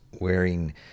wearing